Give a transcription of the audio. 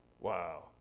Wow